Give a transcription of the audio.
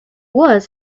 was